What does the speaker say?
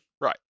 Right